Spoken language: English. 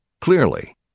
Clearly